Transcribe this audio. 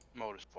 Motorsport